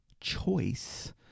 choice